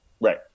Right